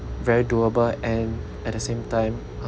very doable and at the same time